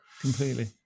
Completely